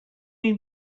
mean